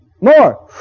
more